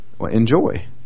Enjoy